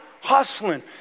hustling